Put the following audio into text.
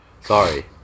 Sorry